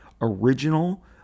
original